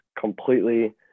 completely